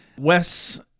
Wes